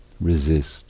resist